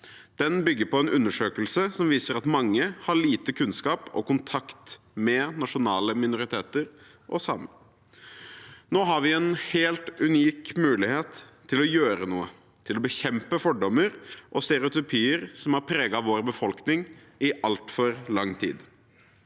Den bygger på en undersøkelse som viser at mange har lite kunnskap og kontakt med nasjonale minoriteter og samer. Nå har vi en helt unik mulighet til å gjøre noe, til å bekjempe fordommer og stereotypier som har preget vår befolkning i altfor lang tid.